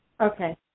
Okay